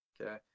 Okay